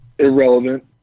Irrelevant